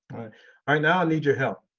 alright, now i need your help.